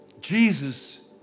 Jesus